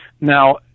Now